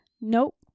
Nope